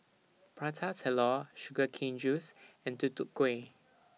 Prata Telur Sugar Cane Juice and Tutu Kueh